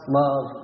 love